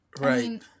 right